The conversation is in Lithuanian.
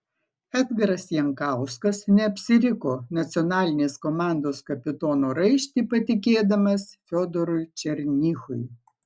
edgaras jankauskas neapsiriko nacionalinės komandos kapitono raištį patikėdamas fiodorui černychui